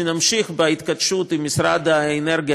שנמשיך בהתכתשות עם משרד האנרגיה,